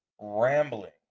rambling